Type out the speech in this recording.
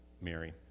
Mary